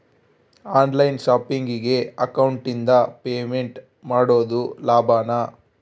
On line ಶಾಪಿಂಗಿಗೆ ಅಕೌಂಟಿಂದ payment ಮಾಡೋದು ಲಾಭಾನ?